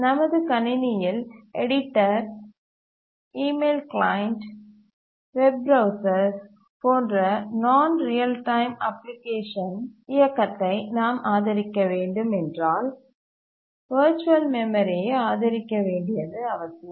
நமது கணினியில் editor email client web browser போன்ற நான் ரியல் டைம் அப்ளிகேஷன் இயக்கத்தை நாம் ஆதரிக்க வேண்டும் என்றால் வர்ச்சுவல் மெமரியை ஆதரிக்க வேண்டியது அவசியம்